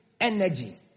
energy